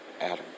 Adam